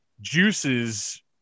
juices